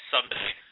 Sunday